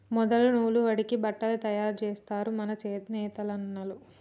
మొదలు నూలు వడికి బట్టలు తయారు జేస్తరు మన నేతన్నలు